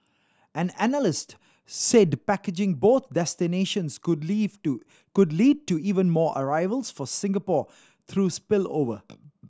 an analyst said packaging both destinations could live to could lead to even more arrivals for Singapore through spillover